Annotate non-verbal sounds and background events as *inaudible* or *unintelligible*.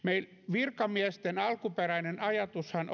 virkamiesten alkuperäinen ajatushan *unintelligible*